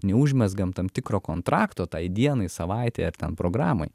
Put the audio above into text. neužmezgam tam tikro kontrakto tai dienai savaitei ar ten programai